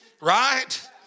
Right